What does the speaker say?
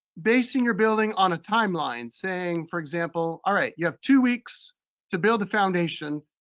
basing your building on a timeline. saying, for example, all right, you have two weeks to build the foundation,